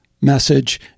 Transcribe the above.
message